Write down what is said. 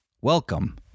Welcome